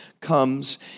comes